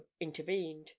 intervened